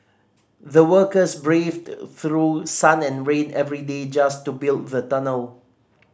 the workers braved through sun and rain every day just to build the tunnel